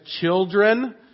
children